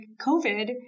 COVID